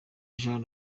jean